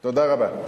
תודה רבה.